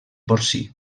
porcí